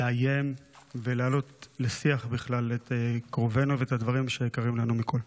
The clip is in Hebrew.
לאיים ולהעלות לשיח בכלל את קרובינו ואת הדברים שיקרים לנו מכול.